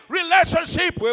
relationship